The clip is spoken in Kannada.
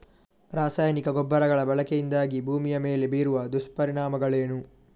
ರಾಸಾಯನಿಕ ಗೊಬ್ಬರಗಳ ಬಳಕೆಯಿಂದಾಗಿ ಭೂಮಿಯ ಮೇಲೆ ಬೀರುವ ದುಷ್ಪರಿಣಾಮಗಳೇನು?